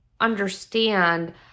understand